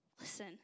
Listen